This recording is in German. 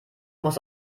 muss